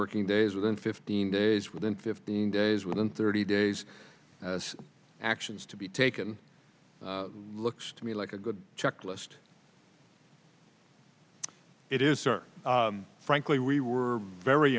working days within fifteen days within fifteen days within thirty days actions to be taken looks to me like a good checklist it is sir frankly we were very